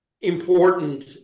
important